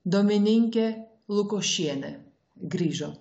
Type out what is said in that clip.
domininkė lukošienė grįžo